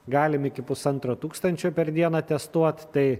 galim iki pusantro tūkstančio per dieną testuot tai